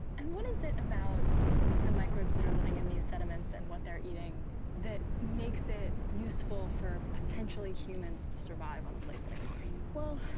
and what is it about the microbes that are living in these sediments and what they're eating that makes it useful for, potentially, humans to survive on a place like mars? well,